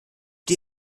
die